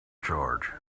charge